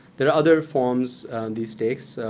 there are other forms this takes,